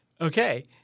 Okay